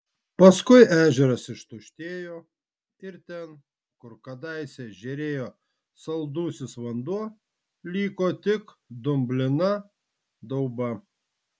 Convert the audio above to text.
paskui ežeras ištuštėjo ir ten kur kadaise žėrėjo saldusis vanduo liko tik dumblina dauba